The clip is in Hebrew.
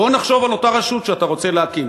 בוא נחשוב על אותה רשות שאתה רוצה להקים.